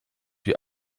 wie